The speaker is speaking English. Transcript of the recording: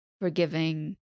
forgiving